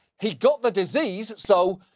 he got the disease, so,